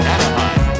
Anaheim